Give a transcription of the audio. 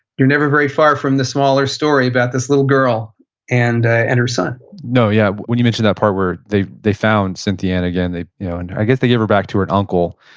you're never very far from the smaller story about this little girl and ah and her son no, yeah. when you mention that part where they they found cynthia ann again. you know and i get they gave her back to her uncle,